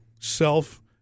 self